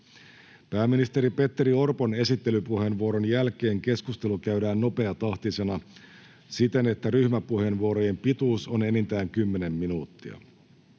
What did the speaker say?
Pääministeri Petteri Orpon esittelypuheenvuoron jälkeen keskustelu käydään nopeatahtisena siten, että ryhmäpuheenvuorojen pituus on enintään kymmenen minuuttia.